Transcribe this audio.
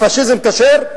הפאשיזם כשר,